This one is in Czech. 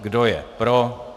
Kdo je pro?